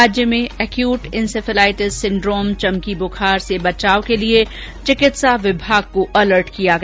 राज्य में acute encephalitis syndrome चमकी बुखार से बचाव के लिये चिकित्सा विभाग को अलर्ट किया गया